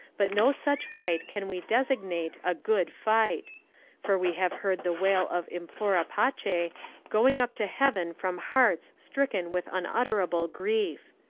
but no such fight can we designate a good fight for we have heard the wail of implorapace going up to heaven from hearts stricken with unutterable grief.